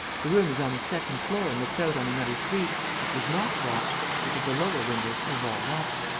the room is on the second floor and looks out on another street, which was not watched, because the lower windows are walled up.